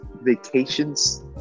vacations